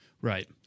right